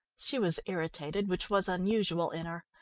she was irritated, which was unusual in her.